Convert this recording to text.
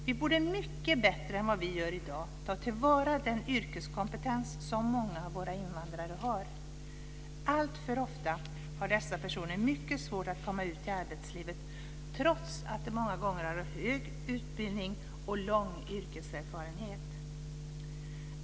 Vi borde mycket bättre än vad vi gör i dag ta till vara den yrkeskompetens som många av våra invandrare har. Alltför ofta har dessa personer mycket svårt att komma ut i arbetslivet trots att de många gånger har både hög utbildning och lång yrkeserfarenhet.